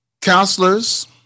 Counselors